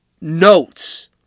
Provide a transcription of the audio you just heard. notes